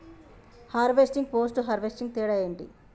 Harvesting, post harvesting తేడా ఏంటి?